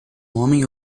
homem